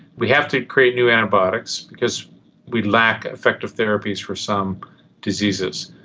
we have to create new antibiotics because we lack effective therapies for some diseases.